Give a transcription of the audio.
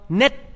net